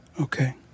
Okay